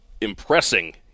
impressing